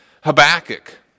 Habakkuk